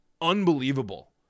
unbelievable